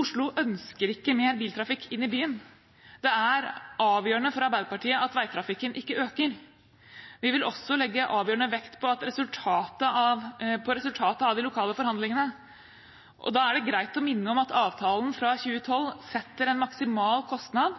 Oslo ønsker ikke mer biltrafikk inn i byen. Det er avgjørende for Arbeiderpartiet at veitrafikken ikke øker. Vi vil også legge avgjørende vekt på resultatet av de lokale forhandlingene. Da er det greit å minne om at avtalen fra 2012 setter en